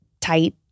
tight